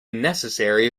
necessary